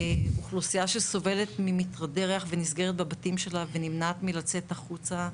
אוכלוסייה שסובלת ממטרדי ריח ונסגרת בבתים שלה ונמנעת מלצאת החוצה,